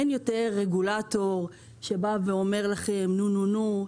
אין יותר רגולטור שבא ואומר לכם נו-נו-נו,